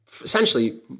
essentially